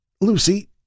Lucy